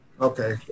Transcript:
Okay